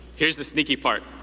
here's the sneaky part,